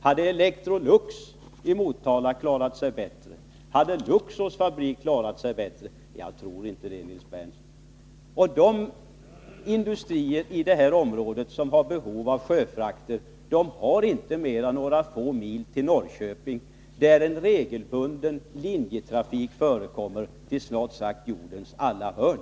Hade Electrolux i Motala klarat sig bättre? Hade Luxors fabrik klarat sig bättre? Jag tror inte det, Nils Berndtson. De industrier i det här området som har eveniuella behov av sjöfrakter har inte mer än några få mil till Norrköping, där det förekommer en regelbunden linjetrafik till snart sagt jordens alla hörn.